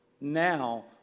now